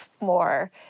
more